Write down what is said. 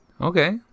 Okay